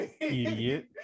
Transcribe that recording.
Idiot